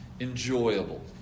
enjoyable